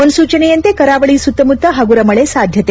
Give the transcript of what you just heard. ಮುನ್ಲೂಚನೆಯಂತೆ ಕರಾವಳಿ ಸುತ್ತಮುತ್ತ ಹಗುರ ಮಳೆ ಸಾಧ್ಯತೆ